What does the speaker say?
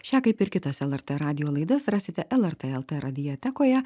šią kaip ir kitas lrt radijo laidas rasite lrt lt radiotekoje